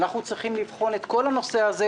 אנחנו צריכים לבחון את כל הנושא הזה,